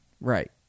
right